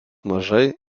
mažai